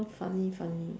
uh funny funny